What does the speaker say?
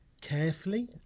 carefully